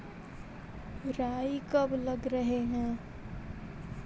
राई कब लग रहे है?